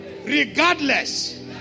regardless